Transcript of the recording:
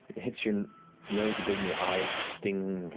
hits your nose a bit and your eyes sting,